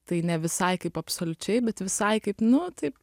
tai ne visai kaip absoliučiai bet visai kaip nu taip